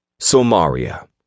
Somaria